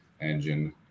engine